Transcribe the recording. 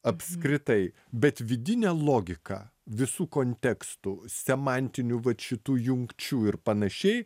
apskritai bet vidinė logika visų kontekstų semantinių vat šitų jungčių ir panašiai